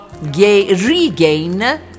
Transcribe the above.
regain